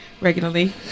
regularly